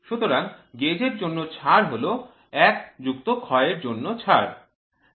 সুতরাং gauge এর জন্য ছাড় হল এক যুক্ত ক্ষয়ের জন্য ছাড়